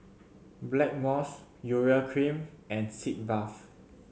Blackmores Urea Cream and Sitz Bath